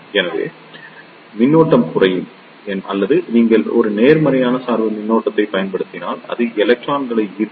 எனவே மின்னோட்டம் குறையும் அல்லது நீங்கள் ஒரு நேர்மறையான சார்பு மின்னழுத்தத்தைப் பயன்படுத்தினால் அது எலக்ட்ரான்களை ஈர்க்கும்